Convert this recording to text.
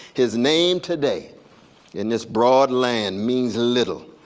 his name today in this broad land means little,